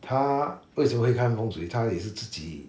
他为什么会看风水他也是自己:ta wei shen me hui kan fengshui ta ye shi zi ji